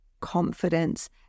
confidence